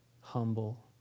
humble